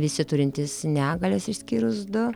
visi turintys negalias išskyrus du